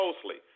closely